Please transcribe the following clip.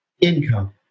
income